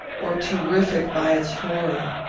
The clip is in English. or terrific by its horror.